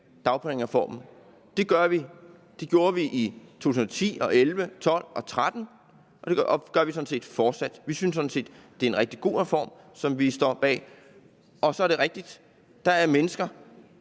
dagpengereformen. Det gjorde vi i 2010 og 2011 og 2012 og 2013, og det gør vi fortsat. Vi synes, det er en rigtig god reform, som vi står bag. Og så er det rigtigt, at der er mennesker,